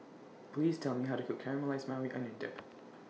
Please Tell Me How to Cook Caramelized Maui Onion Dip